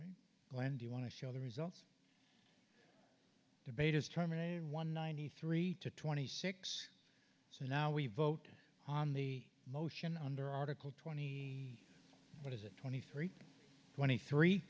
glenn do you want to show the results debaters terminated one nine hundred three to twenty six so now we vote on the motion under article twenty what is it twenty three twenty three